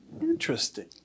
Interesting